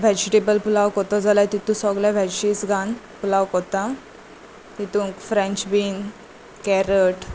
vegetable pulao कोतो जाल्या तितूंत सोगले वॅजीस घालून पुलाव करता तितूंत फ्रेंच बीन कॅरट